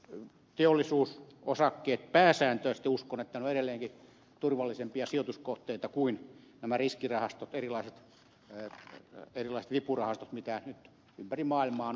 uskon että teollisuusosakkeet pääsääntöisesti ovat edelleenkin turvallisempia sijoituskohteita kuin nämä riskirahastot erilaiset vipurahastot joita nyt ympäri maailmaa on ollut